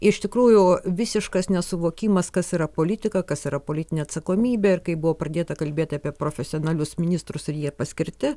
iš tikrųjų visiškas nesuvokimas kas yra politika kas yra politinė atsakomybė ir kaip buvo pradėta kalbėti apie profesionalius ministrus jie paskirti